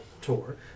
tour